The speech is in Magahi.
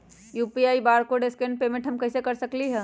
यू.पी.आई बारकोड स्कैन पेमेंट हम कईसे कर सकली ह?